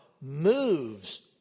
moves